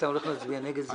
להצביע נגד זה?